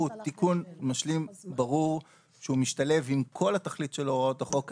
הוא תיקון משלים ברור שהוא משתלב עם כל התכלית של הוראות החוק.